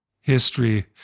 history